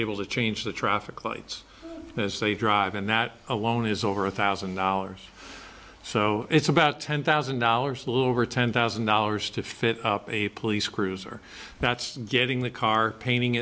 able to change the traffic lights as they drive and that alone is over a thousand dollars so it's about ten thousand dollars a little over ten thousand dollars to fit a police cruiser that's getting the car painting